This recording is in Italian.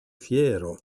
fiero